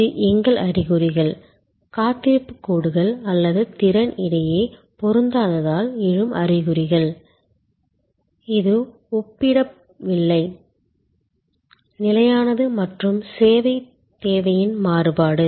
இது எங்கள் அறிகுறிகள் காத்திருப்பு கோடுகள் அல்லது திறன் இடையே பொருந்தாததால் எழும் அறிகுறிகள் இது ஒப்பீட்டளவில் நிலையானது மற்றும் சேவை தேவையின் மாறுபாடு